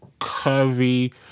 curvy